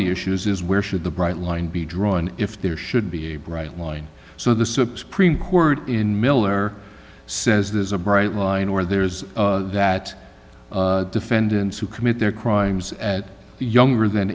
the issues is where should the bright line be drawn if there should be a bright line so the supreme court in miller says there's a bright line or there's that defendants who commit their crimes at the younger than